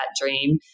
dream